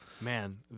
Man